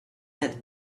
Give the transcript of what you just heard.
head